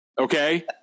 Okay